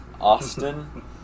Austin